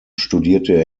studierte